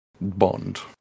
Bond